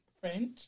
French